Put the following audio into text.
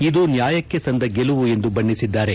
ಇದು ನ್ಯಾಯಕ್ತೆ ಸಂದ ಗೆಲುವು ಎಂದು ಬಣ್ಣೆಸಿದ್ದಾರೆ